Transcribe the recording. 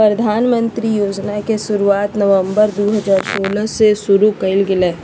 प्रधानमंत्री आवास योजना के शुरुआत नवम्बर दू हजार सोलह में शुरु कइल गेलय